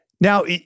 Now